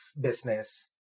business